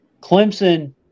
Clemson